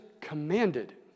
commanded